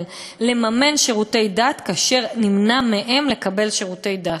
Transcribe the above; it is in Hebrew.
לממן שירותי דת כאשר נמנע מהם לקבל שירותי דת.